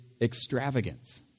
extravagance